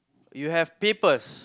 you have papers